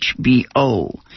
HBO